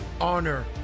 honor